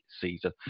season